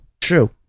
True